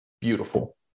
Beautiful